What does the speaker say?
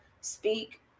speak